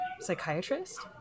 psychiatrist